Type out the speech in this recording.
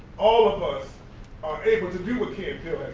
all of us are able to do what key